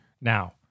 Now